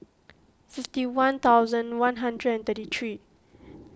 fifty one thousand one hundred and thirty three